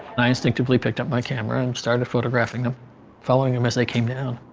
i instinctively picked up my camera and started photographing them following him as they came down